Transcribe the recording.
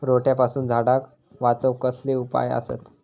रोट्यापासून झाडाक वाचौक कसले उपाय आसत?